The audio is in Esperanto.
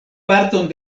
parton